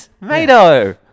Mate-O